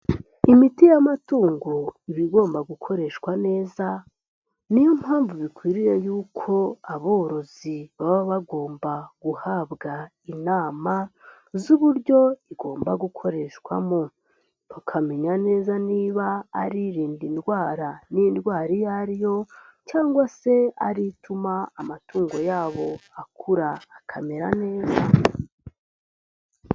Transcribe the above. Imiti y'amatungo iba igomba gukoreshwa neza ni yo mpamvu bikwiriye yuko aborozi baba bagomba guhabwa inama z'uburyo igomba gukoreshwamo. Tukamenya neza niba ari arinda indwara n'indwara iyo ari yo cyangwa se ari yo ituma amatungo yabo akura akamera neza.